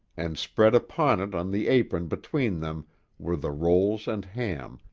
and spread upon it on the apron between them were the rolls and ham,